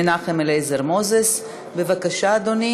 בבקשה, גברתי.